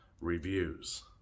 reviews